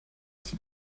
qui